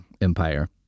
Empire